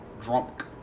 drunk